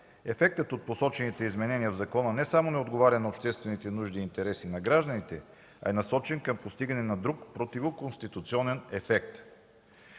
Ефектът от посочените изменения в закона не само не отговаря на обществените нужди и интересите на гражданите, а е насочен към постигане на друг противоконституционен ефект.